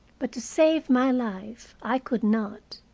but to save my life i could not.